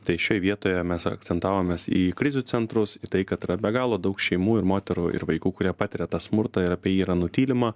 tai šioj vietoje mes ir akcentavomės į krizių centrus į tai kad yra be galo daug šeimų ir moterų ir vaikų kurie patiria tą smurtą ir apie jį yra nutylima